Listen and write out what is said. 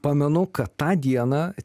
pamenu kad tą dieną